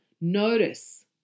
notice